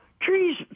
Trees